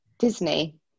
Disney